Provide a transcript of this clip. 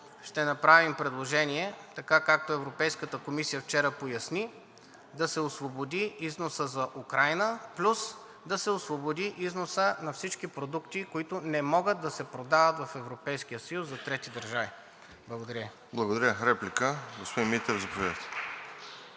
ще направим предложение, така, както Европейската комисия вчера поясни – да се освободи износът за Украйна плюс да се освободи износът на всички продукти, които не могат да се продават в Европейския съюз за трети държави. Благодаря Ви. (Ръкопляскания от